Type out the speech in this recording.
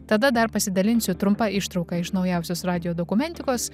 tada dar pasidalinsiu trumpa ištrauka iš naujausios radijo dokumentikos